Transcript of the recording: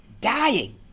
dying